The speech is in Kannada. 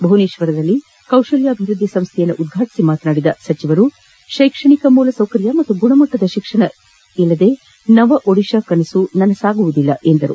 ಭುವನೇಶ್ವರದಲ್ಲಿ ಕೌತಲ್ಯ ಅಭಿವೃದ್ಧಿ ಸಂಸ್ಥೆ ಉದ್ಘಾಟಿಸಿ ಮಾತನಾಡಿದ ಅವರು ಶೈಕ್ಷಣಿಕ ಮೂಲಸೌಕರ್ಯ ಮತ್ತು ಗುಣಮಟ್ಟದ ಶಿಕ್ಷಣ ಇಲ್ಲದೆ ನವ ಒಡಿಶಾ ಕನಸು ನನಸಾಗದು ಎಂದು ಹೇಳಿದರು